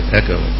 echo